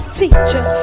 teacher